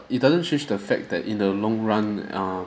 it doesn't change the fact that in the long run err